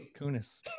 kunis